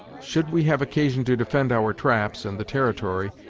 should we have occasion to defend our traps, and the territory,